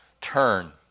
Turn